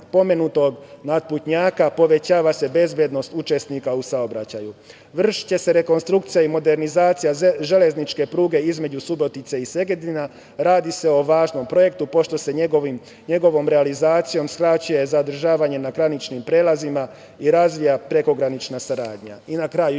pomenutom natuptnjaka, povećava se bezbednost učesnika u saobraćaju. Vršiće se rekonstrukcija i modernizacija železničke pruge između Subotice i Segedina. Radi se o važnom projektu, pošto se njegovom realizacijom skraćuje zadržavanje na graničnim prelazima i razvija prekogranična saradnja. Na kraju, još